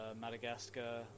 Madagascar